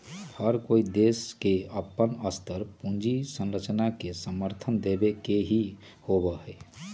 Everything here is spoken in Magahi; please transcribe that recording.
हर कोई देश के अपन स्तर पर पूंजी संरचना के समर्थन देवे के ही होबा हई